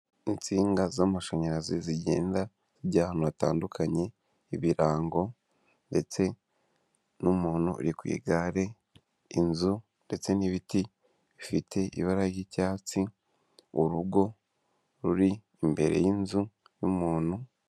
Insinga z'amashanyarazi zigenda zijya ahantu hatandukanye n'ibirango. Ndetse n'umuntu uri ku igare, inzu, ndetse n'ibiti bifite ibara ry'icyatsi. Urugo ruri imbere y'inzu y'umuntu.